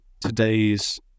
today's